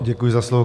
Děkuji za slovo.